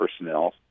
personnel